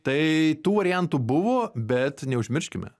tai tų variantų buvo bet neužmirškime